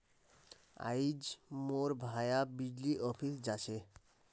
आइज मोर भाया बिजली ऑफिस जा छ